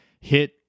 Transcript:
hit